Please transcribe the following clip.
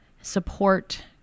support